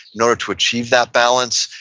in order to achieve that balance,